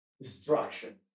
Destruction